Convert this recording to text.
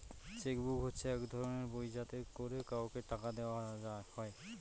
check book হচ্ছে এক ধরনের বই যাতে করে কাউকে টাকা দেওয়া হয়